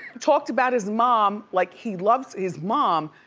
talked about his mom, like he loves his mom,